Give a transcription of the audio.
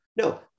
No